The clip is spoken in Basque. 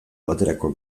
baterako